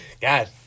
God